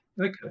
Okay